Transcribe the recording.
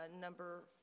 number